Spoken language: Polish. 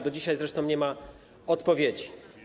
Do dzisiaj zresztą nie ma odpowiedzi.